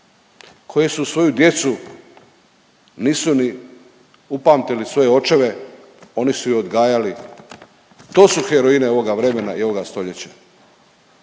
koje su svoju djecu, nisu ni upamtili svoje očeve, oni su ih odgajali. To su heroine ovoga vremena i ovoga stoljeća.